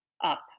up